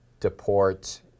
deport